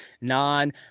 non